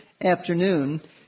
afternoon